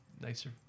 nicer